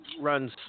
runs